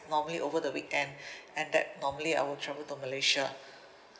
normally over the weekend and that normally I will travel to malaysia